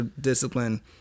discipline